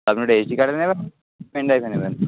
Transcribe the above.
আপনি ওটা এসডি কার্ডে নেবেন পেনড্রাইভে নেবেন